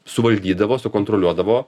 suvaldydavo sukontroliuodavo